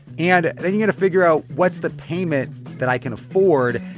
and then you got to figure out, what's the payment that i can afford?